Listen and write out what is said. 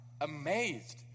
amazed